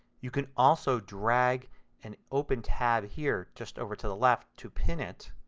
you can also drag and open tab here just over to the left to pin it.